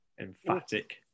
Emphatic